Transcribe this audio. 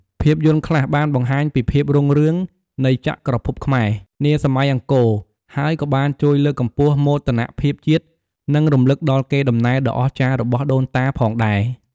ភាពយន្តខ្លះបានបង្ហាញពីភាពរុងរឿងនៃចក្រភពខ្មែរ នាសម័យអង្គរហើយក៏បានជួយលើកកម្ពស់មោទនភាពជាតិ និងរំលឹកដល់កេរដំណែលដ៏អស្ចារ្យរបស់ដូនតាផងដែរ ។